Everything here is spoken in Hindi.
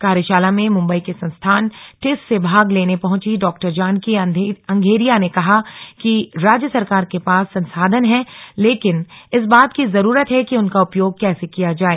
कार्यशाला में मुंबई के संस्थान टिस्स से भाग लेने पहुंची डा जानकी अंघेरिया ने कहा कि राज्य सरकार के पास संसाधन हैं लेकिन इस बात की जरूरत है कि उनका उपयोग कैसे किया जाए